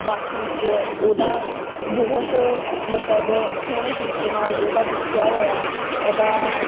ਬੱਸ ਵਿੱਚ ਉਹਦਾ ਬਹੁਤ ਮਤਲਬ ਸੋਹਣੇ ਤਰੀਕੇ ਨਾਲ ਉਹਦਾ ਦੱਸਿਆ ਹੋਇਆ ਉਹਦਾ